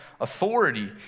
authority